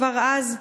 כבר אז,